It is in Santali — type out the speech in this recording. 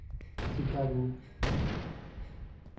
ᱥᱤᱠᱟᱜᱳ